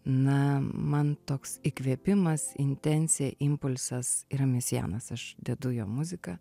na man toks įkvėpimas intencija impulsas yra mesėjanas aš dedu jo muziką